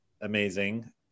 amazing